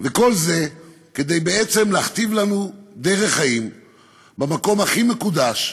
כל זה כדי בעצם להכתיב לנו דרך חיים במקום הכי מקודש,